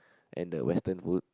and the western food